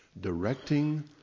directing